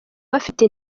bafite